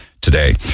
today